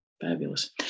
Fabulous